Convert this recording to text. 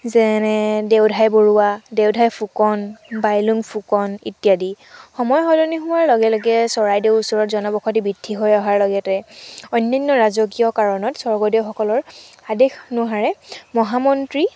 যেনে দেওধাই বৰুৱা দেওধাই ফুকন বাইলুং ফুকন ইত্যাদি সময় সলনি হোৱাৰ লগে লগে চৰাইদেউৰ ওচৰত জনবসতি বৃদ্ধি হৈ অহাৰ লগতে অন্যান্য ৰাজকীয় কাৰণত স্বৰ্গদেউসকলৰ আদেশ অনুসাৰে মহামন্ত্ৰী